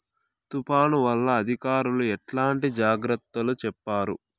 తుఫాను వల్ల అధికారులు ఎట్లాంటి జాగ్రత్తలు చెప్తారు?